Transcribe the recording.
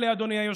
ממשלה שהוקמה,